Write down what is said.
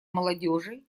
молодежи